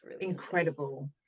incredible